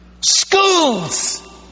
Schools